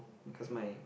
because my